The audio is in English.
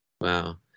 Wow